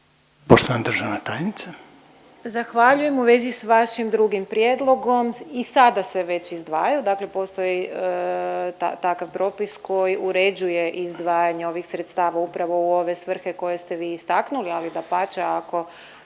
Lugarić, Tereza** Zahvaljujem. U vezi s vašim drugim prijedlogom i sada se već izdvajaju dakle postoji takav propis koji uređuje izdvajanje ovih sredstava upravo u ove svrhe koje ste vi istaknuli ali dapače ako